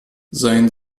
sein